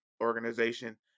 organization